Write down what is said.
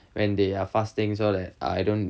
when they are fasting so that I don't